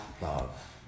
love